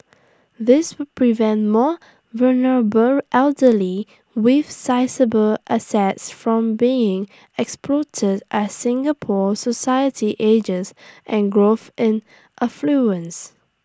this will prevent more vulnerable elderly with sizeable assets from being exploited as Singapore society ages and grows in affluence